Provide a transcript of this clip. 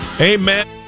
Amen